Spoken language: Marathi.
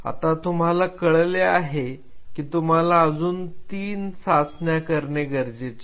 आता तुम्हाला कळले आहे की तुम्हाला अजून तीन चाचण्या करणे गरजेचे आहे